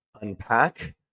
unpack